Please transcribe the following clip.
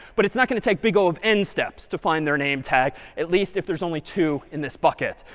but it's not going to take big o of n steps to find their name tag, at least if there's only two in this bucket.